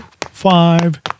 five